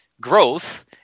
growth